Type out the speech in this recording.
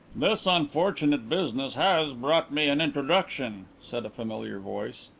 this unfortunate business has brought me an introduction, said a familiar voice.